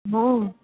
हां